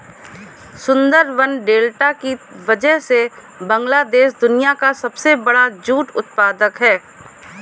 Sundarban delta की वजह से बांग्लादेश दुनिया का सबसे बड़ा जूट उत्पादक है